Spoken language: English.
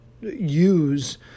use